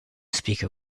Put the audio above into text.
speaker